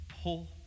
pull